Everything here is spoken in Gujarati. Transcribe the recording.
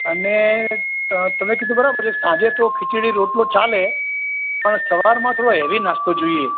અને ત તમે કીધું બરાબર છે કે સાંજે તો ખીચડી રોટલો ચાલે પણ સવારમાં થોડો હૅવી નાસ્તો જોઈએ